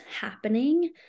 happening